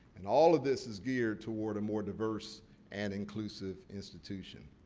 and, all of this is geared toward a more diverse and inclusive institution.